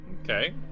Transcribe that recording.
Okay